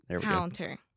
Counter